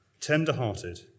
tender-hearted